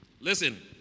Listen